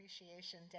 Appreciation